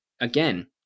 again